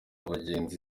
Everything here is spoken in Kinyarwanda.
bagenzi